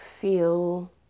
feel